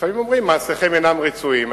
לפעמים אומרים: מעשיכם אינם רצויים.